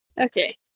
okay